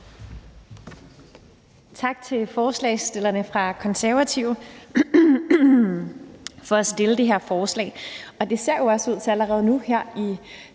Tak til forslagsstillerne fra Konservative for at fremsætte det her forslag. Det ser også ud til allerede nu her i